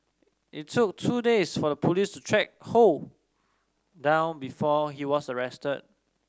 it took two days for the police track Ho down before he was arrested